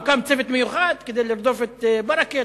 תגיד, מה, הוקם צוות מיוחד כדי לרדוף את ברכה?